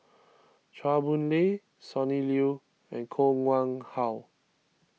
Chua Boon Lay Sonny Liew and Koh Nguang How